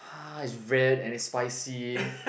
[huh] is red and is spicy